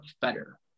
better